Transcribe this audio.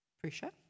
pressure